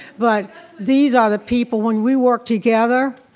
but these are the people, when we work together,